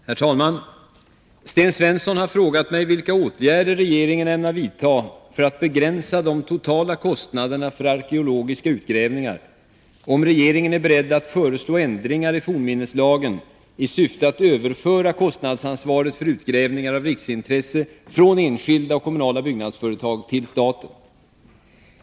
Herr talman! Sten Svensson har frågat mig vilka åtgärder regeringen ämnar vidta för att begränsa de totala kostnaderna för arkeologiska utgrävningar och om regeringen är beredd att föreslå ändringar i fornminneslagen i syfte att överföra kostnadsansvaret för utgrävningar av riksintresse från enskilda och kommunala byggnadsföretag till staten.